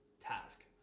task